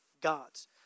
gods